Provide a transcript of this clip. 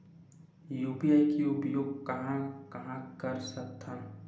UPI के उपयोग कहां कहा कर सकत हन?